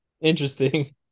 interesting